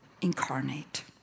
incarnate